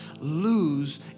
lose